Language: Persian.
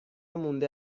مونده